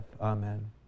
Amen